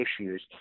issues